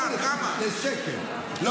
אין תוספת --- כמה אושרו?